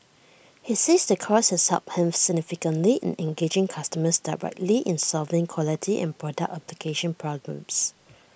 he says the course has helped him significantly in engaging customers directly in solving quality and product application problems